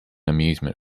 amusement